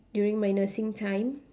during my nursing time